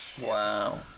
Wow